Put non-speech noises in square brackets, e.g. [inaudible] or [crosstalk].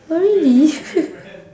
oh really [laughs]